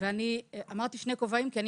אמרתי שאני כאן בשני כובעים כי אני